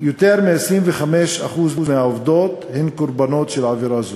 יותר מ-25% מהעובדות הן קורבנות של עבירה זו.